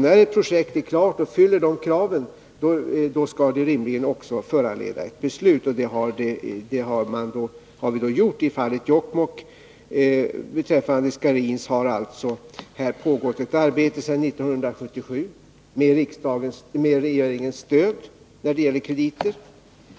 När ett projekt är klart och fyller de kraven, skall det rimligen också föranleda ett beslut, och ett sådant har vi fattat i fallet Jokkmokk. Beträffande Scharins har det, med regeringens stöd, pågått ett arbete Nr 14 sedan 1977 när det gäller krediter.